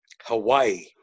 Hawaii